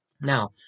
Now